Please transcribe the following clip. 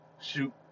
shoot